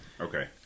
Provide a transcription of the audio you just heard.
Okay